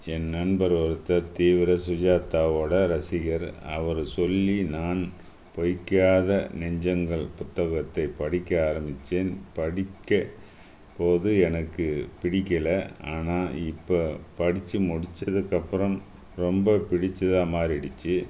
என் நண்பர் ஒருத்தர் தீவிர சுஜாத்தாவோடய ரசிகர் அவர் சொல்லி நான் பொய்க்காத நெஞ்சங்கள் புத்தகத்தை படிக்க ஆரம்பித்தேன் படிக்க போது எனக்கு பிடிக்கலை ஆனால் இப்போ படித்து முடித்ததுக்கு அப்புறம் ரொம்ப பிடித்ததா மாறிடிச்சு